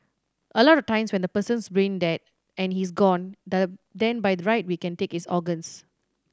a lot of times when the person's brain dead and he's gone then by right we can take his organs